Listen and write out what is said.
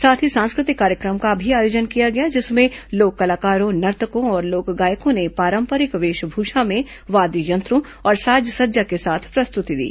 साथ ही सांस्कृतिक कार्यक्रम का भी आयोजन किया गया जिसमें लोक कलाकारों नर्तकों और लोक गायकों ने पारंपरिक वेशभूषा में वाद्य यंत्रों और साज सज्जा के साथ प्रस्तृति दी